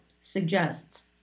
suggests